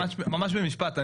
ממש במשפט.